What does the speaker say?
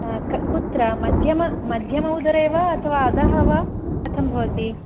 हा कुत्र मध्यम मध्यम उदरे वा अथवा अधः वा कथं भवति